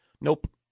Nope